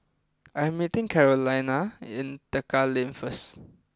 I am meeting Carolina in Tekka Lane first